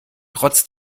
trotz